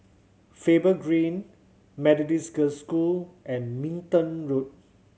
Faber Green Methodist Girls' School and Minden Road